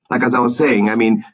like as i was saying, i mean,